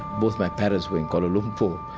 both my parents were in kuala lumpur.